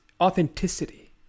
authenticity